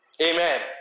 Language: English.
Amen